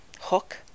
hook